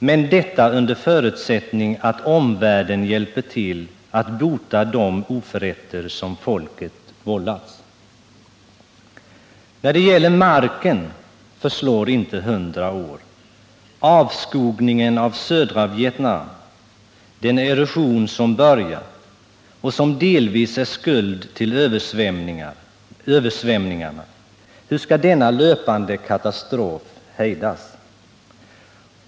Men detta under förutsättning att omvärlden hjälper till att bota de oförrätter som folket vållats. När det gäller marken förslår inte hundra år. Avskogningen av södra Vietnam, den erosion som börjat, och som delvis är skuld till översvämningarna— hur ska denna löpande katastrof hedjas?